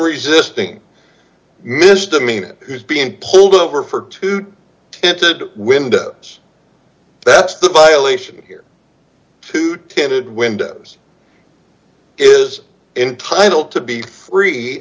nonresistant misdemeanor who's being pulled over for two tinted windows that's the violation here too tinted windows is entitled to be free